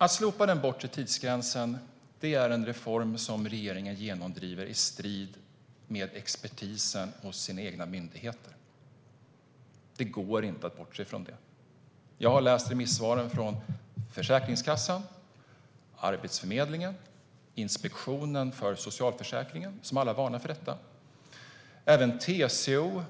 Att slopa den bortre tidsgränsen är en reform som regeringen genomdriver i strid med expertisen hos sina egna myndigheter. Det går inte att bortse från det. Jag har läst remissvaren från Försäkringskassan, Arbetsförmedlingen, Inspektionen för socialförsäkringen, som alla varnar för detta. Även TCO